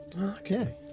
Okay